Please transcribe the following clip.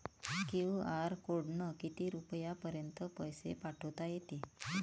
QR कोडनं किती रुपयापर्यंत पैसे पाठोता येते?